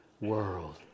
world